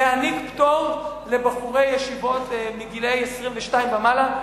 להעניק פטור לבחורי ישיבות מגיל 22 ומעלה,